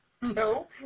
No